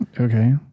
Okay